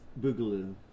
Boogaloo